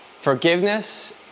Forgiveness